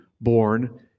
born